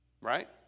right